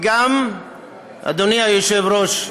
אדוני היושב-ראש,